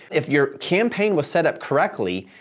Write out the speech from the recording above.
if your campaign was set up correctly,